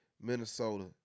Minnesota